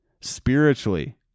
spiritually